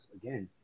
again